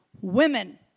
women